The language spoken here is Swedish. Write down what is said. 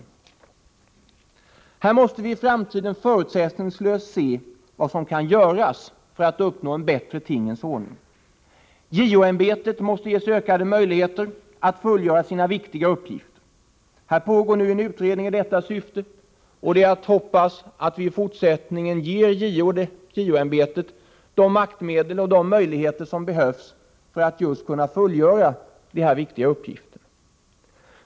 På detta område måste vi i framtiden förutsättningslöst se vad som kan göras för att man skall uppnå en bättre tingens ordning. JO-ämbetet måste ges ökade möjligheter att fullgöra sina viktiga uppgifter. Det pågår nu en utredning i detta syfte, och man kan hoppas att vi i fortsättningen kommer att ge JO-ämbetet ökade maktmedel.